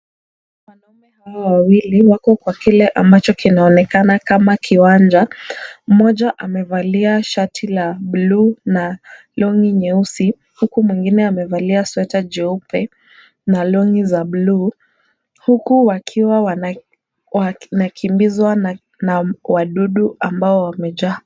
Wanaume hawa wawili wako kwa kile ambacho kinaonekana kama kiwanja. Mmoja amevalia shati la buluu na longi nyeusi, huku mwingine amevalia sweta nyeupe na long'i za buluu huku wakiwa wana wanakimbizwa na na wadudu ambao wamejaa.